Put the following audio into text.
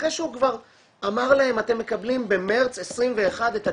אחרי שהוא כבר אמר להם: אתם מקבלים במרץ 21' את הדירה,